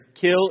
Kill